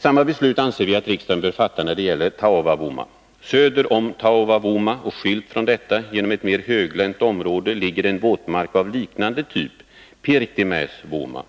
Samma beslut anser vi att riksdagen bör fatta när det gäller Taavavuoma. Söder om Taavavuoma och skilt från detta genom ett mer höglänt område ligger en våtmark av liknande typ, Pirtimäsvuoma.